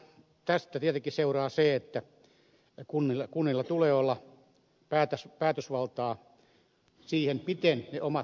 tästä tietenkin seuraa se että kunnilla tulee olla päätösvaltaa siihen miten ne omat palvelunsa järjestävät